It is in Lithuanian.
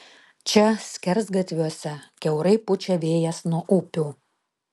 čia skersgatviuose kiaurai pučia vėjas nuo upių